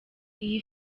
iyi